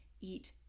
eat